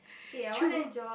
true